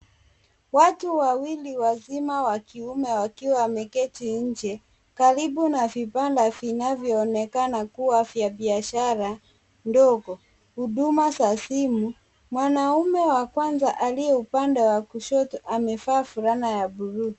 Watu wawili wazima wa kiume wakiwa wameketi nje karibu na vibanda vinavyoonekana kuwa vya biashara ndogo huduma za simu. Mwanamume wa kwanza upande wa kushoto amevaa fulana ya buluu,